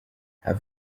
have